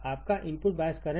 आपका input bias current